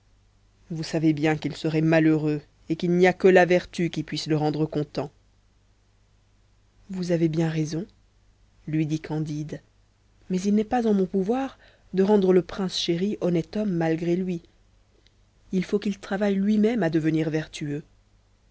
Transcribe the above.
vous savez bien qu'il serait malheureux et qu'il n'y a que la vertu qui puisse le rendre content vous avez raison lui dit candide mais il n'est pas en mon pouvoir de rendre le prince chéri honnête homme malgré lui il faut qu'il travaille lui-même à devenir vertueux